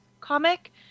comic